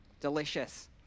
delicious